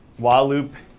while loop,